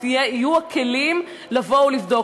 שיהיו הכלים לבוא ולבדוק.